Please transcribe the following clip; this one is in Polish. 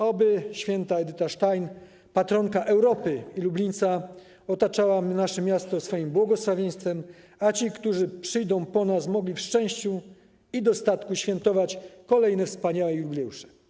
Oby św. Edyta Stein, patronka Europy i Lublińca, otaczała nasze miasto swoim błogosławieństwem, aby ci, którzy przyjdą po nas, mogli w szczęściu i dostatku świętować kolejne wspaniałe jubileusze.